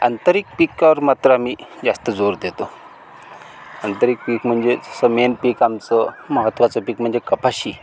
आंतरिक पिकावर मात्र आम्ही जास्त जोर देतो आंतरिक पीक म्हणजे तसं मेन पीक आमचं महत्त्वाचं पीक म्हणजे कपाशी